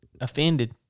offended